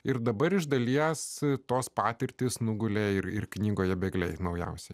ir dabar iš dalies tos patirtys nugulė ir knygoje bėgliai naujausi